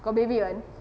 got baby [one]